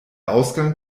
ausgang